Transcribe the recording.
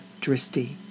Dristi